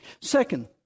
Second